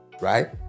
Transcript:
Right